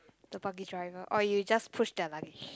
the buggy driver or you just push the luggage